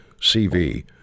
CV